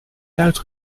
duit